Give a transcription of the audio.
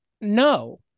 no